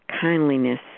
Kindliness